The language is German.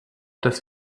das